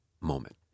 moment